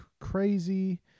crazy